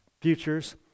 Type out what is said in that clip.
futures